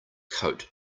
coat